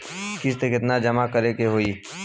किस्त केतना जमा करे के होई?